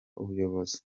ubuyobozi